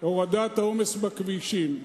ולשם הורדת העומס בכבישים.